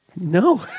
No